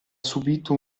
subito